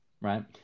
right